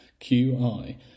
QI